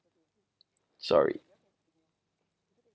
sorry